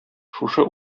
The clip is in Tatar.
шушы